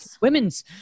women's